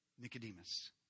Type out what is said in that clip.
Nicodemus